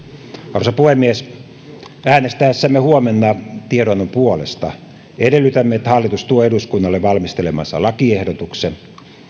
arvoisa puhemies äänestäessämme huomenna tiedonannon puolesta edellytämme että hallitus tuo eduskunnalle valmistelemansa lakiehdotuksen